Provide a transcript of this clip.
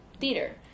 theater